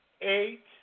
eight